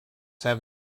have